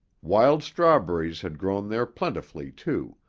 wild strawberries had grown there plentifully, too,